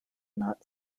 not